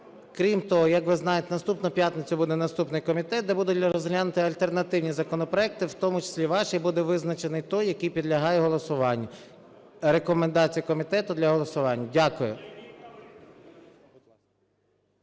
Крім того, я ви знаєте, наступної п'ятниці буде наступний комітет, де будуть розглянуті альтернативні законопроекти, в тому числі і ваш, і буде визначений той, який підлягає голосуванню, рекомендації комітету для голосування. Дякую.